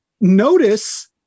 notice